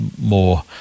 more